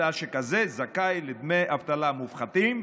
מובטל שכזה זכאי לדמי אבטלה מופחתים,